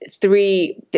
three